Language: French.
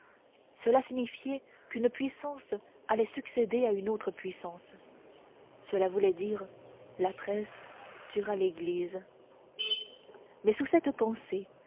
cela signifiait qu'une puissance allait succéder à une autre puissance cela voulait dire la presse tuera l'église mais sous cette pensée